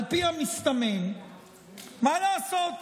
מה לעשות,